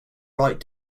right